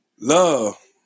Love